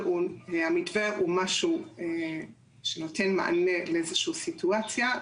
המתווה הוא משהו שנותן מענה לאיזושהי סיטואציה,